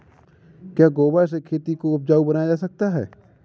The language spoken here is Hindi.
क्या गोबर से खेती को उपजाउ बनाया जा सकता है?